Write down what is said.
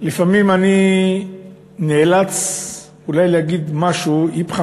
לפעמים אני נאלץ אולי להגיד משהו שהוא איפכא